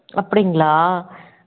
அப்படிங்களா